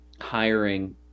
hiring